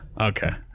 okay